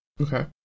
Okay